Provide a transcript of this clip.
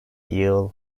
yıl